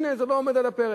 הנה זה לא עומד על הפרק.